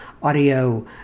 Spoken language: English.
audio